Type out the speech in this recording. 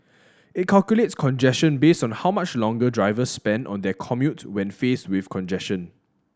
it calculates congestion based on how much longer drivers spend on their commute when faced with congestion